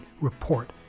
report